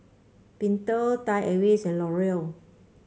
Pentel Thai Airways and L'Oreal